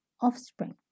offspring